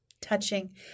touching